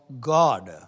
God